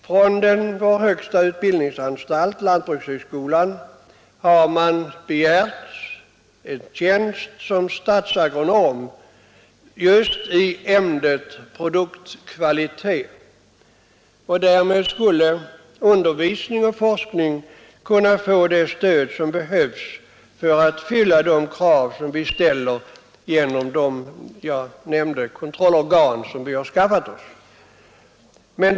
Från vår högsta utbildningsanstalt, lantbrukshögskolan, har begärts en tjänst som statsagronom just i ämnet produktkvalitet. Om en sådan tjänst inrättades skulle undervisning och forskning få det stöd som behövs för att uppfylla de krav som vi ställer genom de nämnda kontrollorganen.